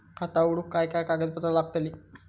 खाता उघडूक काय काय कागदपत्रा लागतली?